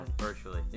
virtually